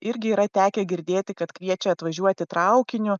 irgi yra tekę girdėti kad kviečia atvažiuoti traukiniu